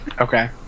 okay